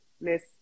miss